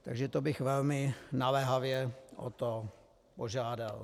Takže to bych velmi naléhavě o to požádal.